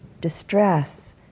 distress